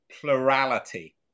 plurality